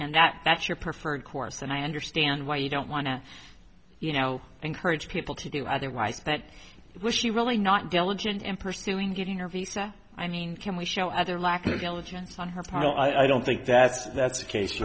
and that that's your preferred course and i understand why you don't want to you know encourage people to do otherwise that it was she really not diligent in pursuing getting her visa i mean can we show other lack of diligence on her part i don't think that's that's the case